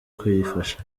kuyifasha